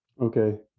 Okay